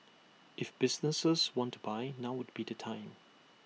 if businesses want to buy now would be the time